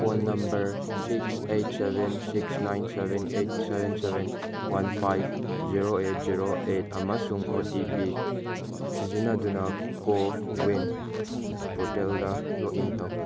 phone number six eight seven six nine seven eight seven seven one five zero eight zero eight ꯑꯃꯁꯨꯡ O T P ꯁꯤꯖꯤꯟꯅꯗꯨꯅ CoWIN ꯄꯣꯔꯇꯦꯜꯗ log in ꯇꯧ